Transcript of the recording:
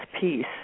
peace